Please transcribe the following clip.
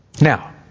Now